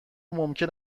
ممکن